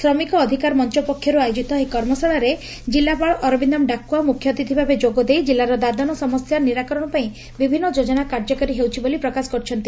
ଶ୍ରମିକ ଅଧିକାର ମଞ ପକ୍ଷରୁ ଆୟୋଜିତ ଏହି କର୍ମଶାଳାରେ ଜିଲ୍ଲାପାଳ ଅରବିନ୍ଦମ୍ ଡାକୁଆ ମୁଖ୍ୟ ଅତିଥିଭାବେ ଯୋଗଦେଇ ଜିଲ୍ଲାର ଦାଦନ ସମସ୍ୟା ନିରାକରଶ ପାଇଁ ବିଭିନ୍ ଯୋଜନା କାର୍ଯ୍ୟକାରୀ ହେଉଛି ବୋଲି ପ୍ରକାଶ କରିଛନ୍ତି